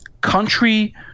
country